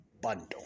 bundle